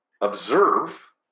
observe